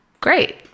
great